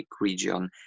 region